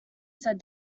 said